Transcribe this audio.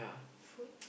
food